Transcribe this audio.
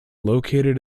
located